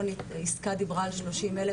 פה יסכה דיברה על שלושים אלף,